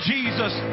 Jesus